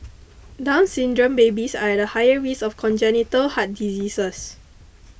Down Syndrome babies are at higher race of congenital heart diseases